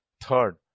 Third